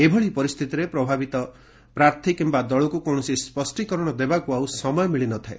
ଏଭଳି ପରିସ୍ଥିତିରେ ପ୍ରଭାବିତ ପ୍ରାର୍ଥୀ କିମ୍ବା ଦଳକୁ କୌଣସି ସ୍ୱଷ୍ଟୀକରଣ ଦେବାକୁ ଆଉ ସମୟ ମିଳିନଥାଏ